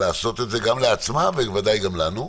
את מדברת כרגע על 14 יום לעניין הביטול או לעניין --- לעניין הביטול.